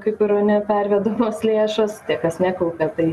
kaip yra nepervedamos lėšas tie kas nekaupia tai